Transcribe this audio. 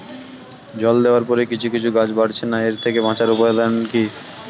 জল দেওয়ার পরে কিছু কিছু গাছ বাড়ছে না এর থেকে বাঁচার উপাদান কী?